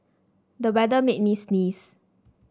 the weather made me sneeze